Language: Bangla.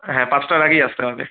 হ্যাঁ পাঁচটার আগেই আসতে হবে